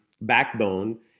backbone